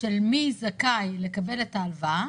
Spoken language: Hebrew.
של מי זכאי לקבל את ההלוואה,